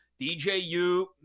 DJU